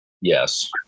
Yes